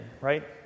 right